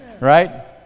Right